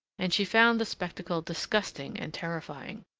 and she found the spectacle disgusting and terrifying.